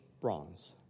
bronze